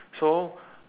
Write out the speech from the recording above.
so